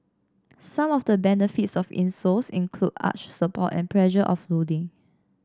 some of the benefits of insoles include arch support and pressure offloading